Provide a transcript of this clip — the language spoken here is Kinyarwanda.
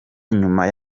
nyuma